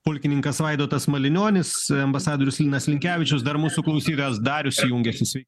pulkininkas vaidotas malinionis ambasadorius linas linkevičius dar mūsų klausytojas darius jungiasi svei